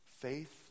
faith